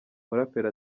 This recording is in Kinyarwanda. muraperi